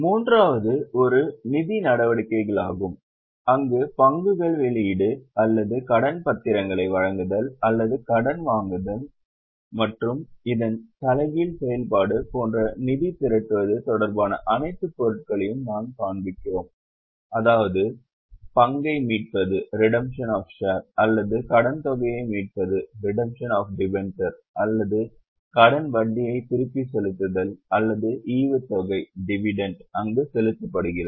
மூன்றாவது ஒரு நிதி நடவடிக்கைகளாகும் அங்கு பங்குகள் வெளியீடு அல்லது கடன் பத்திரங்களை வழங்குதல் அல்லது கடன் வாங்குதல் மற்றும் இதன் தலைகீழ் செயல்பாடு போன்ற நிதி திரட்டுவது தொடர்பான அனைத்து பொருட்களையும் நாம் காண்பிக்கிறோம் அதாவது பங்கை மீட்பது அல்லது கடன்தொகையை மீட்பது அல்லது கடன் வட்டியை திருப்பிச் செலுத்துதல் அல்லது ஈவுத்தொகை அங்கு செலுத்தப்படுகிறது